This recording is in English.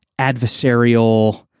adversarial